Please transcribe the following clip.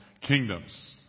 Kingdoms